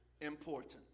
important